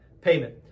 payment